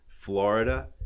Florida